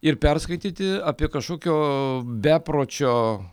ir perskaityti apie kažkokio bepročio